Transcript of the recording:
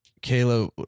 Kayla